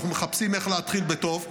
אנחנו מחפשים איך להתחיל בטוב,